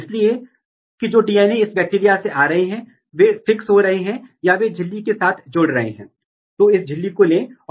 तो अगर ERF3 और WOX11 आपस में इंटरेक्ट कर रहे हैं तो यदि आप ERF3 को नीचे खींचते हैं तो आप WOX11 का पता लगा सकते हैं